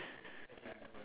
<S<